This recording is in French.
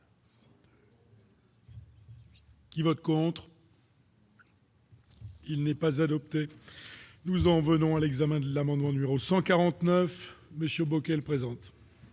qui vote pour. Il n'est pas adoptée nous en venons à l'examen de l'amendement numéro 149 Monsieur Bockel présente.